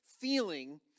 feeling